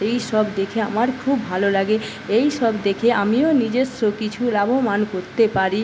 এই সব দেখে আমার খুব ভালো লাগে এই সব দেখে আমিও নিজস্ব কিছু লাভবান করতে পারি